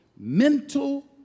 Mental